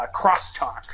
Crosstalk